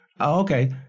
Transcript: Okay